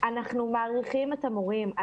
האם יודעים להגיד היכן אותם מורים יהיו,